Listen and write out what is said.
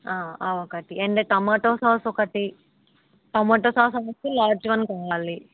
అవి ఒకటి and tomato sauce ఒకటి టొమాటో సాస్ ఒకటి లార్జ్ వన్ కావాలి